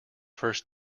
first